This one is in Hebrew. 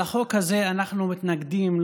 לחוק הזה אנחנו מתנגדים,